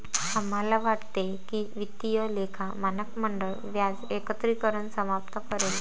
आम्हाला वाटते की वित्तीय लेखा मानक मंडळ व्याज एकत्रीकरण समाप्त करेल